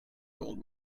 gold